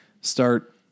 start